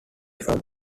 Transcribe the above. from